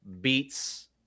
Beats